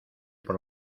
por